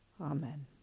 Amen